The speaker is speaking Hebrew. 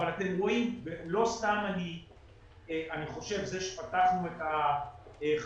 אבל אתם רואים שלא סתם אני חושב שפתחנו את חנויות